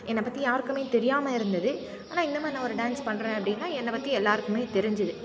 என்னை பற்றி யாருக்குமே தெரியாமல் இருந்தது ஆனால் இந்தமாதிரி நான் ஒரு டான்ஸ் பண்ணுறேன் அப்படின்னா என்னை பற்றி எல்லாருக்குமே தெரிஞ்சது